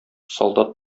солдат